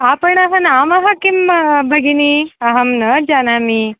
आपणः नाम किं भगिनि अहं न जानामि